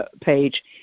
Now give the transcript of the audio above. page